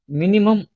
minimum